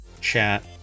chat